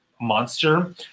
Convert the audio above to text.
monster